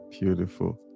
beautiful